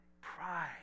Pride